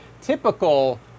typical